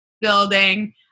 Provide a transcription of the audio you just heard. building